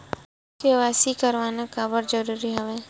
KYC करवाना काबर जरूरी हवय?